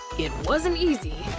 it wasn't easy,